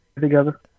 together